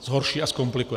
Zhorší a zkomplikuje.